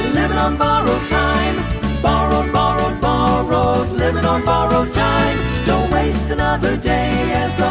livin' on borrowed time borrowed, borrowed, borrowed livin' on borrowed time don't waste another day